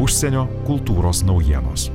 užsienio kultūros naujienos